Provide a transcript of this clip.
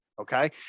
okay